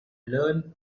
learned